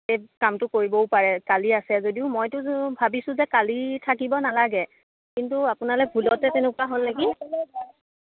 এই কামটো কৰিবও পাৰে কালি আছে যদিও মইতো ভাবিছোঁ যে কালি থাকিব নালাগে কিন্তু আপোনালৈ ভুলতে তেনেকুৱা হ'ল নেকি